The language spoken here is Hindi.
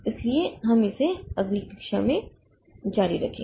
इसलिए हम इसे अगली कक्षा में जारी रखेंगे